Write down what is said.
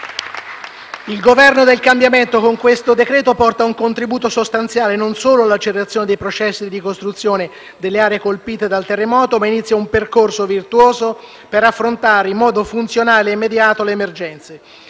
Il Governo del cambiamento con questo decreto porta un contributo sostanziale non solo all'accelerazione dei processi di ricostruzione delle aree colpite dal terremoto, ma inizia un percorso virtuoso per affrontare in modo funzionale e immediato le emergenze.